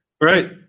Right